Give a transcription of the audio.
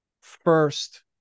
first